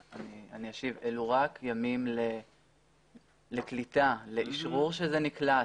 אלה רק ימים לקליטה, לאשרור שזה נקלט.